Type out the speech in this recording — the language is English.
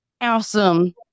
Awesome